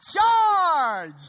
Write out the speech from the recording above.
Charge